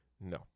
No